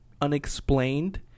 unexplained